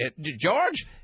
George